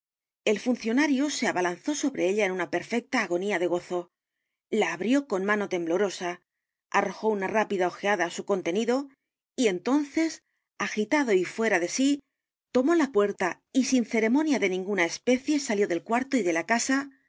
el funcionario se abalanzó sobre ella en una perfecta agonía de gozo la abrió con mano temblorosa arrojó una rápida ojeada á su contenido y entonces agitado y fuera de sí tomó la puerta y sin ceremonia de n i n g u n a especie salió del cuarto y de la casa